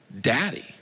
Daddy